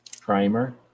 primer